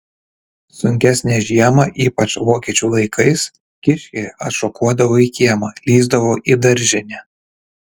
sunkesnę žiemą ypač vokiečių laikais kiškiai atšokuodavo į kiemą lįsdavo į daržinę